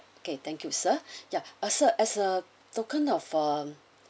okay thank you sir ya ah sir as a token of um